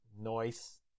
Noise